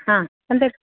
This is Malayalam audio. ആ ഉണ്ട്